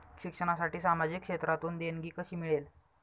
शिक्षणासाठी सामाजिक क्षेत्रातून देणगी कशी मिळेल?